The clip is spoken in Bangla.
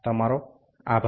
ধন্যবাদ